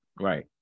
right